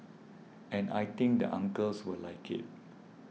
and I think the uncles will like it